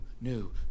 new